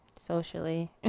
socially